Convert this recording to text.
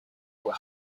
were